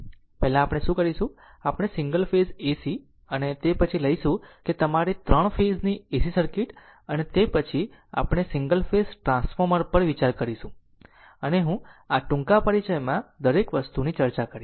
પહેલા આપણે શું કરીશું આપણે સિંગલ ફેઝ AC અને તે પછી આપણે લઈશું કે તમારી ત્રણ ફેઝ ની AC સર્કિટ્સ અને તે પછી આપણે સિંગલ ફેઝ ટ્રાન્સફોર્મર પર વિચાર કરીશું અને હું અને ટૂંકા પરિચયમાં દરેક વસ્તુની ચર્ચા કરીશ